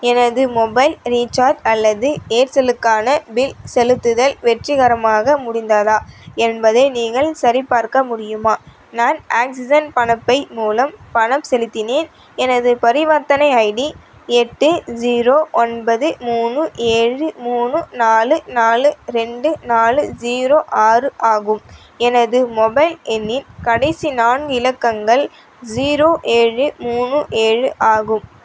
எனது mobile recharge அல்லது ஏர்செல்லுக்கான பில் செலுத்துதல் வெற்றிகரமாக முடிந்ததா என்பதை நீங்கள் சரிபார்க்க முடியுமா நான் ஆக்ஸிஜன் பணப்பை மூலம் பணம் செலுத்தினேன் எனது பரிவர்த்தனை ஐடி எட்டு ஜீரோ ஒன்பது மூணு ஏழு மூணு நாலு நாலு ரெண்டு நாலு ஜீரோ ஆறு ஆகும் எனது மொபைல் எண்ணின் கடைசி நான்கு இலக்கங்கள் ஜீரோ ஏழு மூணு ஏழு ஆகும்